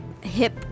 hip